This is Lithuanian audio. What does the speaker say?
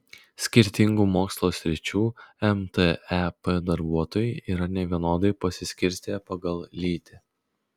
skirtingų mokslo sričių mtep darbuotojai yra nevienodai pasiskirstę pagal lytį